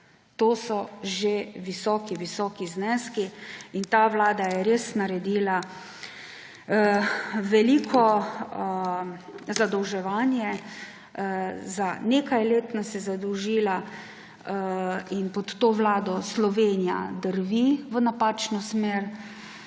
To so že visoki zneski in ta vlada je res naredila veliko zadolževanje. Za nekaj let nas je zadolžila in pod to vlado Slovenija drvi v napačno smer,